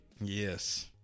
Yes